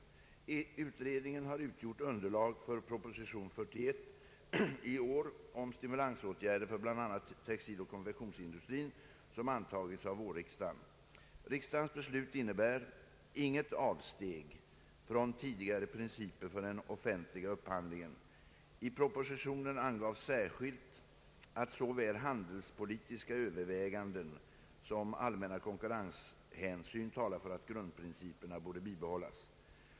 Utredningen har utgjort underlag för proposition nr 41 i år om stimulansåtgärder för bl.a. textiloch konfektionsindustrin, som antagits av vårriksdagen. Riksdagens beslut innebär inget avsteg från tidigare principer för den offentliga upphandlingen. I propositionen angavs särskilt att såväl handelspolitiska överväganden som allmänna konkurrenshänsyn talar för att grundprinciperna borde bibehållas.